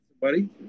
buddy